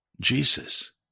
Jesus